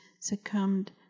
succumbed